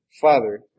Father